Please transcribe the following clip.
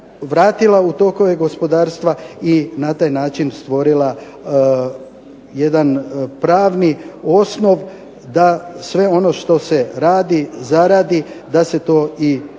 vratila u tokove gospodarstva i na taj način stvorila jedan pravni osnov da sve ono što se radi, zaradi da se to i podmiri